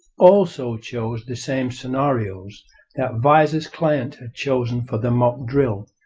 also chose the same scenarios that visor's client had chosen for the mock drill,